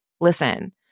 listen